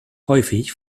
häufig